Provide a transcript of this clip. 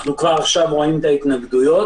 כבר עכשיו אנחנו רואים את ההתנגדויות.